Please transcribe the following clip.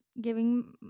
giving